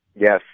Yes